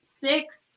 six